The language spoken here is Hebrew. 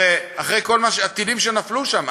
הרי אחרי כל הטילים שנפלו שם,